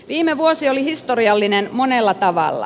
viime vuosi oli historiallinen monella tavalla